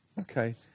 Okay